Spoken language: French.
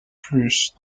plus